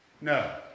No